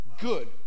good